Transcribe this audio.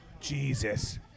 Jesus